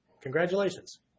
Congratulations